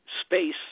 space